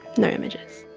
no images.